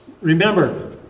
Remember